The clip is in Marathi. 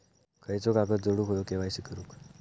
खयचो कागद जोडुक होयो के.वाय.सी करूक?